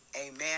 Amen